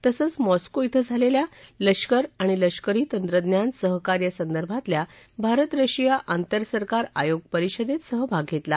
तसंच मॉस्को शिं झालेल्या लष्कर आणि लष्करी तंत्रज्ञान सहकार्य संदर्भातल्या भारत रशिया आतरसरकार आयोग परिषदेत सहभाग घेतला